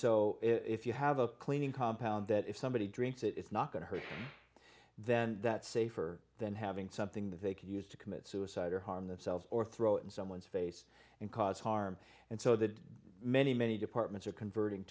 so if you have a cleaning compound that if somebody drinks it it's not going to hurt then that safer than having something that they can use to commit suicide or harm themselves or throw it in someone's face and cause harm and so that many many departments are converting